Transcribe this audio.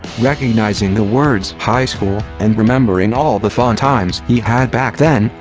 recognizing the words high school and remembering all the fun times he had back then,